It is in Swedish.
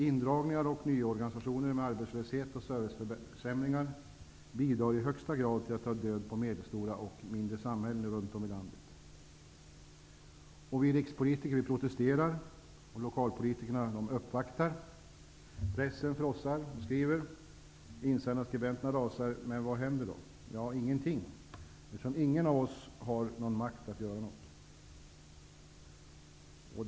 Indragningar och nyorganisationer med arbetslöshet och serviceförsämringar bidrar i högsta grad till att ta död på medelstora och mindre samhällen runt om i landet. Vi rikspolitiker protesterar och lokalpolitikerna uppvaktar, pressen frossar och skriver, och insändarskribenterna rasar -- men vad händer? Ingenting, eftersom ingen av oss har makt att göra något.